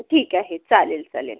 ठीक आहे चालेल चालेल